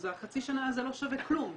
אז החצי שנה הזה לא שווה כלום,